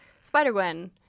Spider-Gwen